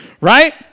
Right